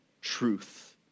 truth